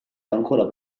ancora